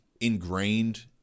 ingrained